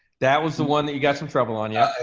that was the one that you got some trouble on, yeah?